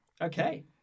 Okay